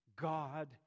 God